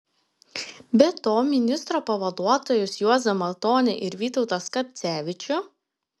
be to ministro pavaduotojus juozą matonį ir vytautą skapcevičių